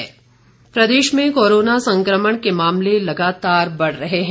Covid प्रदेश में corona संक्रमण के मामले लगातार बढ़ रहे हैं